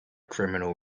criminal